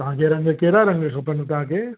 तव्हांखे रंग कहिड़ा रंग खपनव तव्हांखे